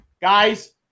Guys